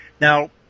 Now